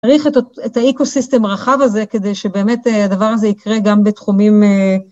צריך את ה... את האיקו סיסטם הרחב הזה, כדי שבאמת הדבר הזה יקרה גם בתחומים אה...